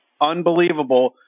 unbelievable